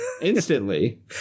instantly